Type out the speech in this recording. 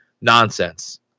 nonsense